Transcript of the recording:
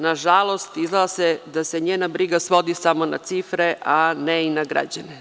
Nažalost, izgleda da se njena briga svodi samo na cifre, a ne i na građane.